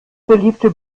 beliebte